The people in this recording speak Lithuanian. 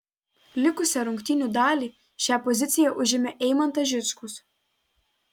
likusią rungtynių dalį šią poziciją užėmė eimantas žičkus